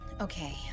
Okay